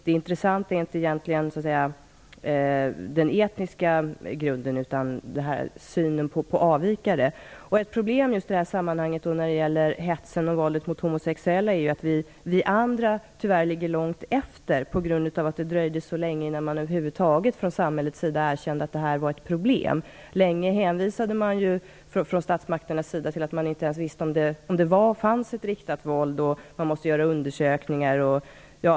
Det intressanta är egentligen inte den etniska grunden utan synen på avvikare. Ett problem i just det här sammanhanget är ju att vi andra tyvärr ligger långt efter på grund av att det dröjde länge innan man över huvud taget från samhällets sida erkände att det här var ett problem. Länge hänvisade man från statsmakternas sida till att man inte ens visste om det fanns ett riktat våld. Man måste göra undersökningar.